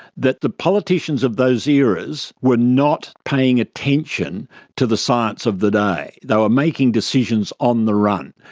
that the politicians of those eras were not paying attention to the science of the day. they were making decisions on the run.